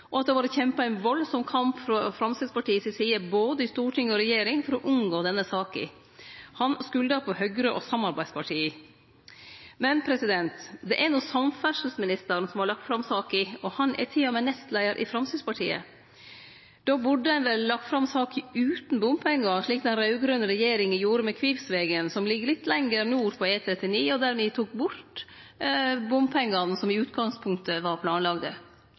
at heile Framstegspartiet var skuffa både lokalt og sentralt, og at det hadde vore kjempa ein veldig kamp frå Framstegspartiet si side både i storting og regjering for å unngå denne saka. Han skulda på Høgre og samarbeidspartia. Men det er no samferdsleministeren som har lagt fram saka, og han er til og med nestleiar i Framstegspartiet. Då burde ein vel lagt fram saka utan bompengar, slik den raud-grøne regjeringa gjorde med Kvivsvegen, som ligg litt lenger nord på E39, og der me tok bort bompengane som i utgangspunktet var